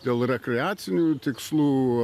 dėl rekreacinių tikslų